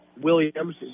Williams